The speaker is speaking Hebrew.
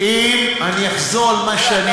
אתה תגרום למפולת בבורסה,